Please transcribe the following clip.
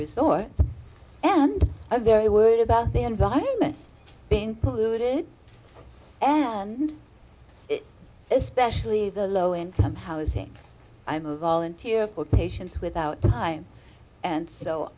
restore and i'm very worried about the environment been polluted and especially the low income housing i'm a volunteer for patients without the time and so